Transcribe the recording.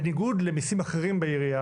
בניגוד למיסים אחרים בעירייה,